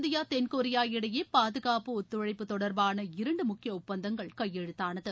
India தென்கொரியா இடையே பாதுகாப்பு ஒத்துழைப்பு தொடர்பான இரண்டு முக்கிய ஒப்பந்தங்கள் கையெழுத்தானது